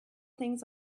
things